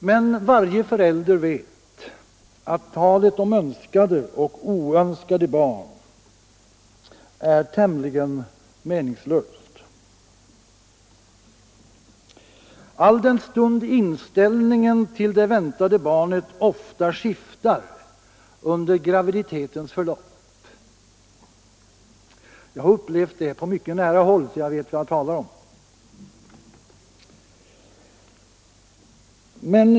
Men varje förälder vet att talet om önskade och oönskade barn är tämligen meningslöst, alldenstund inställningen till det väntade barnet ofta skiftar under graviditetens förlopp. Jag har upplevt det på mycket nära håll, så jag vet vad jag talar om.